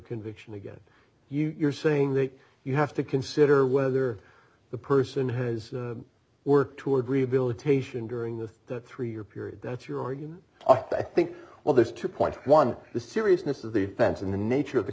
conviction again you're saying that you have to consider whether the person has worked toward rehabilitation during the three year period that's your argument i think well there's two point one the seriousness of the fence and the nature of the